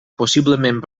possiblement